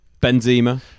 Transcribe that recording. Benzema